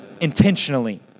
intentionally